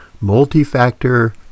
multi-factor